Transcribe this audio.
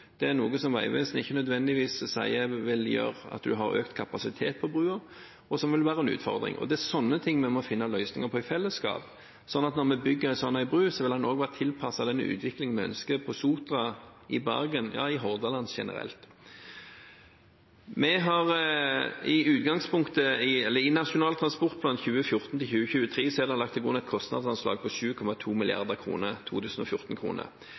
Det er noe som Vegvesenet sier ikke nødvendigvis vil gjøre at en får økt kapasitet på broen, og som vil være en utfordring. Det er sånne ting vi må finne løsninger på i fellesskap, slik at når vi bygger en slik bro, vil den også være tilpasset den utviklingen vi ønsker på Sotra, i Bergen og i Hordaland generelt. I Nasjonal transportplan 2014–2023 er det lagt til grunn et kostnadsanslag på 7,2 mrd. kr i 2014-kroner. Av det er det en statlig andel på nesten 30 pst. Når en får økte kostnadsanslag